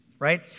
Right